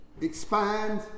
expand